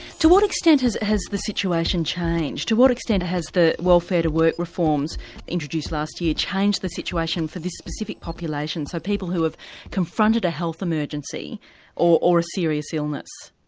to what extent has has the situation changed, to what extent has the welfare to work reforms introduced last year changed the situation for this specific population so people who have confronted a health emergency or a serious illness?